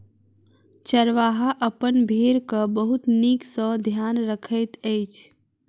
चरवाहा अपन भेड़क बहुत नीक सॅ ध्यान रखैत अछि